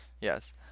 Yes